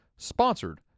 Sponsored